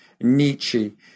Nietzsche